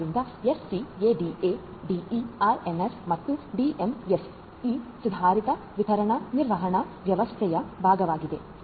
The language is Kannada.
ಆದ್ದರಿಂದ SCADA DERMS ಮತ್ತು DMS ಈ ಸುಧಾರಿತ ವಿತರಣಾ ನಿರ್ವಹಣಾ ವ್ಯವಸ್ಥೆಯ ಭಾಗವಾಗಿದೆ